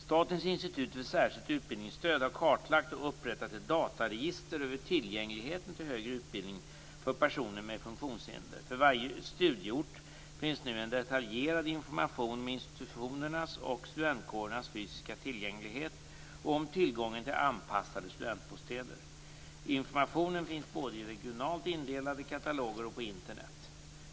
Statens institut för särskilt utbildningsstöd har kartlagt och upprättat ett dataregister över tillgängligheten till högre utbildning för personer med funktionshinder. För varje studieort finns nu en detaljerad information om institutionernas och studentkårernas fysiska tillgänglighet och om tillgången till anpassade studentbostäder. Informationen finns både i regionalt indelade kataloger och på Internet.